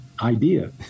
idea